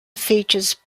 features